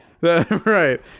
Right